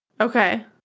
Okay